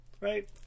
right